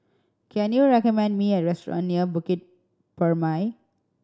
can you recommend me a restaurant near Bukit Purmei